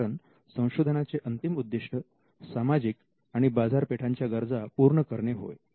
कारण संशोधनाचे अंतिम उद्दिष्ट सामाजिक आणि बाजारपेठांच्या गरजा पूर्ण करणे होय